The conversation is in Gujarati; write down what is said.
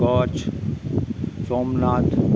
કચ્છ સોમનાથ